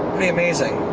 pretty amazing.